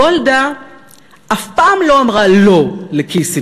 גולדה אף פעם לא אמרה לא לקיסינג'ר,